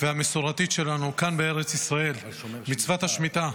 והמסורתית שלנו כאן בארץ ישראל, מצוות השמיטה.